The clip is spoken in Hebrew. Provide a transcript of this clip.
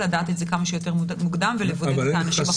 לדעת את זה כמה שיותר מוקדם ולבודד את האנשים החולים.